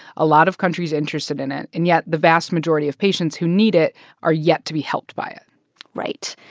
a lot of countries interested in it. and yet, the vast majority of patients who need it are yet to be helped by it right.